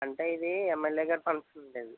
అంటే ఇవీ ఎమ్ఎల్ఏ గారి ఫంక్షన్ అండి